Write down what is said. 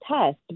test